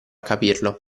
capirlo